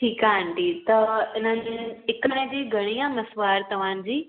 ठीकु आहे आंटी त इनमें हिक महिने जी घणी आहे मसवाड़ तव्हांजी